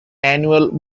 annual